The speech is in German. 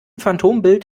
phantombild